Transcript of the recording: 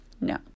No